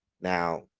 Now